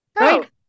Right